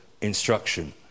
instruction